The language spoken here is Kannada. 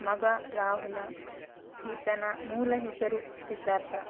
ಮಗ ರಾಹುಲ ಈತನ ಮೂಲ ಹೆಸರು ಸಿದ್ಧಾರ್ಥ